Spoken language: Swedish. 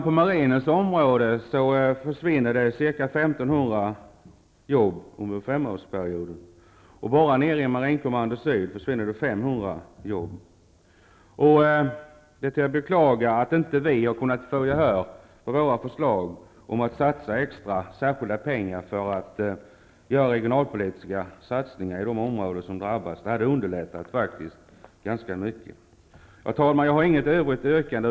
På marinens område försvinner ca 1 500 jobb under femårsperioden och bara nere i Marinkommando Det är att beklaga att vi inte kunnat följa upp våra förslag om att satsa särskilda pengar för att göra regionalpolitiska insatser på de områden som drabbas. Det hade faktiskt underlättat ganska mycket. Herr talman! Jag har inget övrigt yrkande.